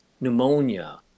pneumonia